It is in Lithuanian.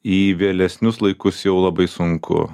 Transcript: į vėlesnius laikus jau labai sunku